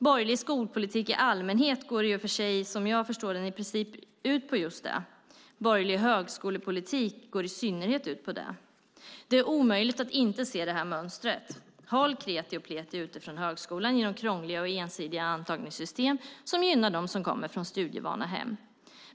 Borgerlig skolpolitik i allmänhet går i och för sig som jag förstår det ut på just det. Borgerlig högskolepolitik går i synnerhet ut på det. Det är omöjligt att inte se mönstret. Håll kreti och pleti ute från högskolan genom krångliga och ensidiga antagningsystem som gynnar dem som kommer från studievana hem.